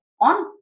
on